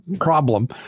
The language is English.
problem